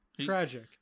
tragic